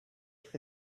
for